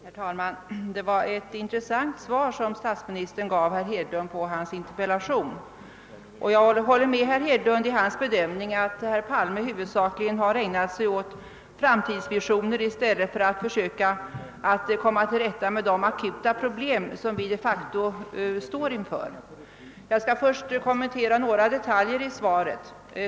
Herr talman! Det var ett intressant svar som statsministern gav herr Hedlund på hans interpellation. Jag håller med herr Hedlund i hans bedömning, att herr Palme huvudsakligen har ägnat sig åt framtidsvisioner i stället för att försöka att komma till rätta med de akuta problem som vi de facto står inför. Jag skall först kommentera några detaljer i svaret.